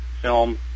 film